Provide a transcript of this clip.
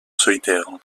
solitaire